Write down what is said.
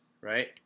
right